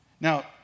Now